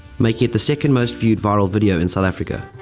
making it the second-most viewed viral video in south africa.